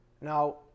Now